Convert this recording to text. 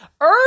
Earth